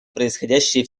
происходящие